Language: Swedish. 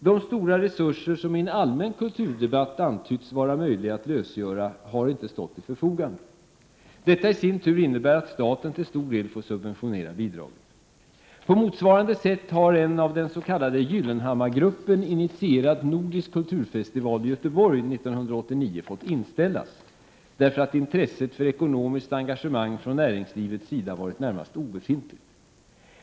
De stora resurser som i en allmän kulturdebatt antytts vara möjliga att lösgöra, har inte stått till förfogande. Detta i sin tur innebär att staten till stor del får subventionera bidraget. På motsvarande sätt har en av den s.k. Gyllenhammargruppen initierad nordisk kulturfestival i Göteborg 1989 fått inställas, därför att intresset för ekonomiskt engagemang från näringslivets sida varit närmast obefintligt.